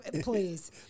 please